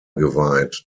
geweiht